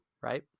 right